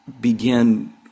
begin